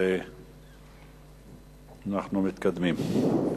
ואנחנו מתקדמים.